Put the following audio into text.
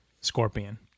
Scorpion